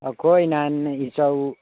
ꯑꯩꯈꯣꯏ ꯅꯍꯥꯟ ꯏꯆꯧ